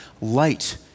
light